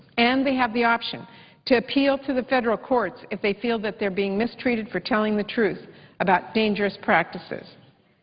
and they have the option to appeal to the federal courts if they feel that they're being mistreated for telling the truth about dangerous practices.